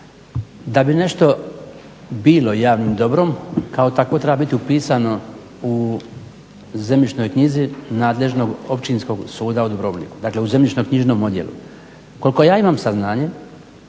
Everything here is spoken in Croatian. da bi nešto bilo javnim dobrom, kao takvo treba biti upisano u zemljišnoj knjizi nadležnog Općinskog suda u Dubrovniku, dakle u zemljišno-knjižnom odjelu. Koliko ja imam saznanje,